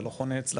זה לא חונה אצלכם,